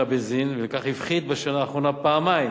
הבנזין ולכן הפחית בשנה האחרונה פעמיים